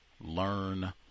learn